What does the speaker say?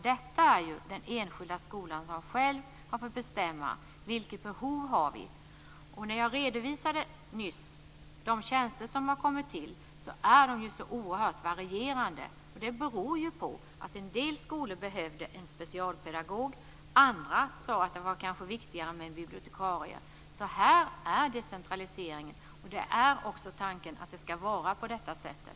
Den enskilda skolan har själv fått bestämma vilket behov man har. När jag nyss redovisade de tjänster som har tillkommit så varierar de mycket. Det beror på att en del skolor behövde en specialpedagog. Andra sade att det kanske var viktigare med en bibliotekarie. I fråga om detta är det alltså decentralisering. Det är också tanken att det ska vara på det sättet.